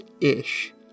ish